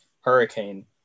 hurricane